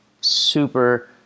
super